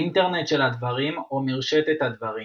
האינטרנט של הדברים או מרשתת הדברים,